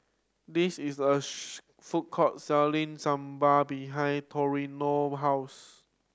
this is a food court selling Sambar behind Toriano house